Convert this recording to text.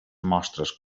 mostres